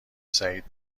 سعید